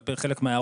כלפי חלק מההערות,